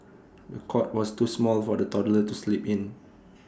the cot was too small for the toddler to sleep in